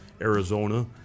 Arizona